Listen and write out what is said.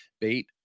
Bait